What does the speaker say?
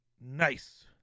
Nice